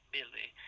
Billy